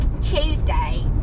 Tuesday